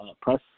press